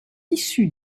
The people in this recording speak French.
issues